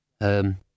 Um